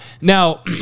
Now